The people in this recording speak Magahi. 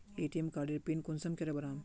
ए.टी.एम कार्डेर पिन कुंसम के बनाम?